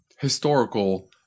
historical